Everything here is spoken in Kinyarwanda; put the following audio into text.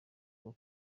bwo